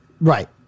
Right